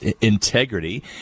integrity